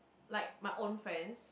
like my own friends